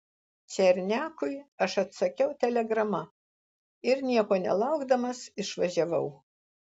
černiakui aš atsakiau telegrama ir nieko nelaukdamas išvažiavau